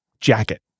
jacket